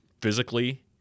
physically